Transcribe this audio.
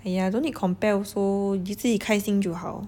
!aiya! don't need compare also 自己开心就好